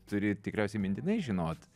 turi tikriausiai mintinai žinot